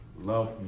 Love